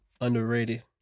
underrated